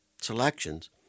selections